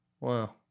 Wow